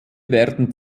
werden